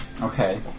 Okay